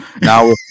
Now